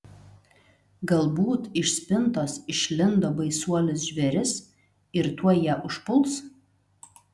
galbūt iš spintos išlindo baisuolis žvėris ir tuoj ją užpuls